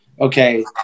Okay